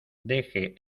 deje